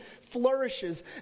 flourishes